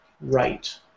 right